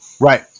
Right